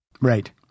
Right